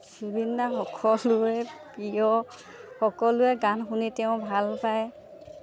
জুবিন দা সকলোৱে প্ৰিয় সকলোৱে গান শুনি তেওঁ ভাল পায়